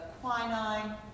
quinine